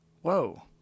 Whoa